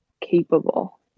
capable